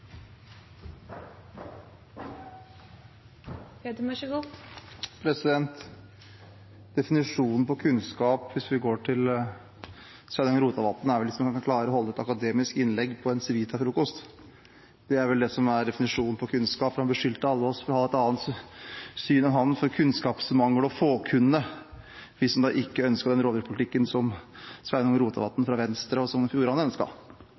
Definisjonen på kunnskap, hvis vi går til Sveinung Rotevatn, er vel hvis man kan klare å holde et akademisk innlegg på en Civita-frokost. Det er vel det som er definisjonen på kunnskap, for han beskyldte alle oss som har et annet syn enn han, for kunnskapsmangel og «fåkunne» – vi som ikke ønsket den rovdyrpolitikken som Sveinung Rotevatn fra Venstre og